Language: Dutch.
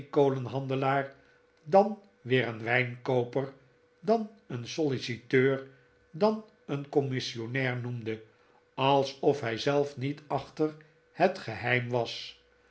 een steenkolenhandelaar dan weer een wijnkooper dan een solliciteur dan een commissionnair noemde alsof hij zelf niet achter het geheim was